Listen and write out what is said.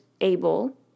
able